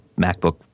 MacBook